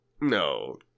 No